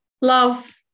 love